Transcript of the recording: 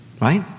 right